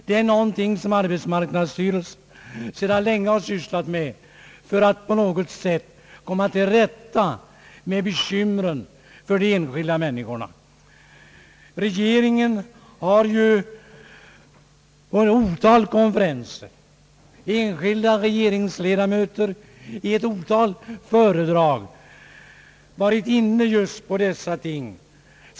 Det är en sak som <arbetsmarknadsstyrelsen sedan länge har sysslat med för att på något sätt komma till rätta med bekymren för de enskilda människorna. Regeringen har som bekant på ett otal konferenser, liksom enskilda regeringsledamöter i ett otal föredrag, varit inne just på dessa ting.